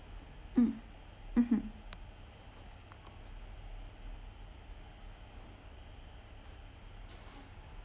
mm mmhmm